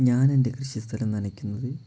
ഞാനെൻ്റെ കൃഷിസ്ഥലം നനയ്ക്കുന്നത്